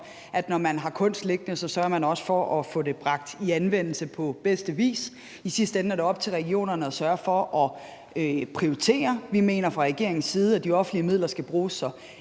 at når man har kunst liggende, sørger man også for at få det bragt i anvendelse på bedste vis. I sidste ende er det op til regionerne at sørge for at prioritere. Vi mener fra regeringens side, at de offentlige midler skal bruges så